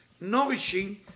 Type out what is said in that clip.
nourishing